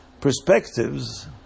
perspectives